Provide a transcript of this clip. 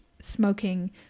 smoking